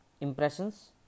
impressions